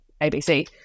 ABC